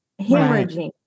Hemorrhaging